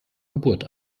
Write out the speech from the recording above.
geburt